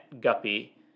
guppy